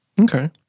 Okay